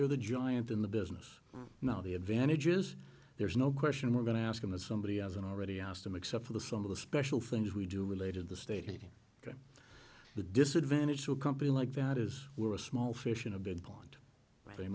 they're the giants in the business now the advantage is there's no question we're going to ask them as somebody hasn't already asked them except for the some of the special things we do related the state the disadvantage to a company like valve is we're a small fish in a big blunt they